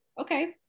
Okay